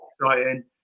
exciting